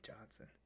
Johnson